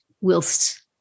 whilst